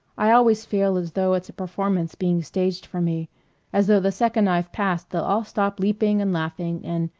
i always feel as though it's a performance being staged for me as though the second i've passed they'll all stop leaping and laughing and,